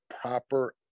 proper